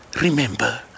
remember